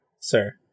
sir